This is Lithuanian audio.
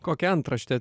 kokią antraštę